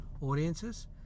audiences